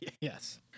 yes